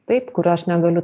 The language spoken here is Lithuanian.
taip kurio aš negaliu